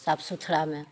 साफ सुथड़ामे